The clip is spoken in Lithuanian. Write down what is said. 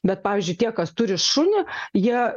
bet pavyzdžiui tie kas turi šunį jie